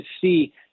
see